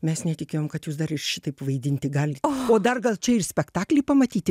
mes netikėjom kad jūs dar ir šitaip vaidinti gali o dar gal čia ir spektaklį pamatyti